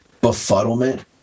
befuddlement